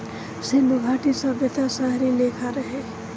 सिन्धु घाटी सभ्यता शहरी लेखा रहे